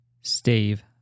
Steve